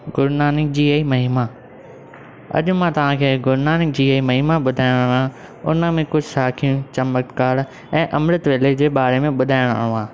गुरुनानकजीअ जी महिमा अॼु मां तव्हां खे गुरुनानकजीअ जी महिमा ॿुधायव उन में कुझु साखियूं चमत्कार ऐ अमृत वेले जे बारे में ॿुधायाव